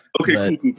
Okay